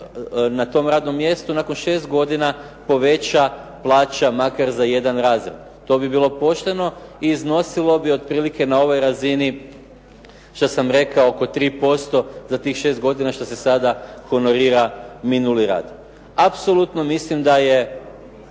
na tom radnom mjestu nakon šest godina poveća plaća makar za jedan razred, to bi bilo pošteno i iznosilo bi otprilike na ovoj razini što sam rekao oko 3% za tih šest godina što se sada honorira minuli rad. Apsolutno mislim da je